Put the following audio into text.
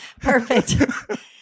Perfect